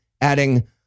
adding